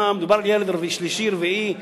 מה, מדובר בילד שלישי, רביעי וחמישי,